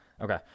Okay